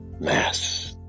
Mass